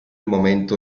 momento